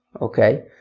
Okay